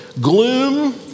Gloom